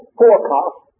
forecast